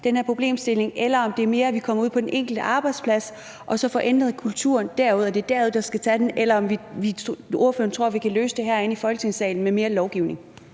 den her problemstilling, eller om det mere er, at vi kommer ud på den enkelte arbejdsplads og så får ændret kulturen derude, og at det er derude, man skal tage den. Eller tror ordføreren, at vi kan løse det herinde fra Folketingssalen med mere lovgivning?